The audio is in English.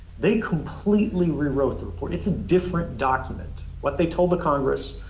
they completely rewrote the report. it's a different document. what they told the congress,